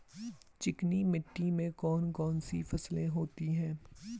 चिकनी मिट्टी में कौन कौन सी फसलें होती हैं?